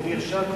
אני נרשמתי.